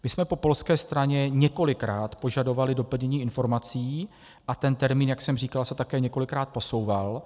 My jsme po polské straně několikrát požadovali doplnění informací a ten termín, jak jsem říkal, se také několikrát posouval.